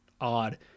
odd